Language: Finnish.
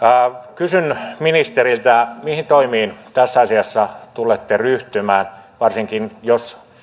kysyn ministeriltä mihin toimiin tässä asiassa tulette ryhtymään varsinkin jos